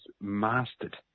mastered